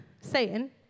Satan